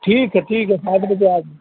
ठीक है ठीक है सात बजे आज